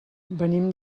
venim